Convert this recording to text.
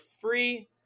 free